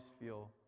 feel